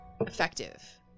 effective